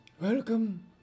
Welcome